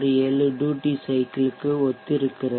67 duty சைக்கிள்க்கு ஒத்திருக்கிறது